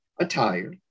attire